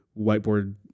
whiteboard